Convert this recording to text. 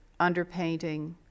underpainting